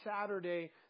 Saturday